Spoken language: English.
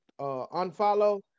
Unfollow